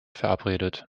verabredet